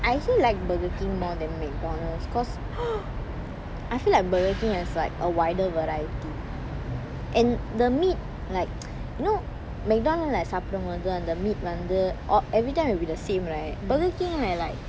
I still like burger king more than M_Cdonalds cause I feel like burger king has like a wider variety and the meat like you know M_CDonalds lah சாப்பிடும் போது அந்த:sappidum pothu antha meat வந்து:vanthu oh every time will be the same right burger king like it different